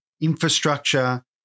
infrastructure